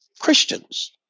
Christians